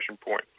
point